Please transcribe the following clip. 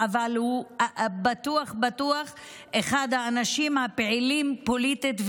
אבל הוא בטוח בטוח אחד האנשים הפעילים פוליטית,